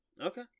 Okay